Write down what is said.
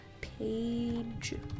Page